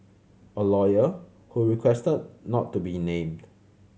a lawyer who requested not to be named